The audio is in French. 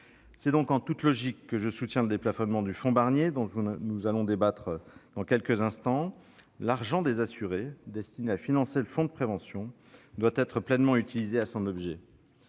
C'est donc en toute logique que je soutiens le déplafonnement, dont nous allons débattre dans quelques instants. L'argent des assurés, destiné à financer le fonds de prévention, doit être pleinement utilisé pour cet objet.